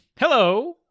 Hello